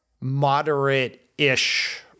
moderate-ish